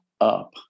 Up